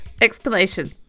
explanation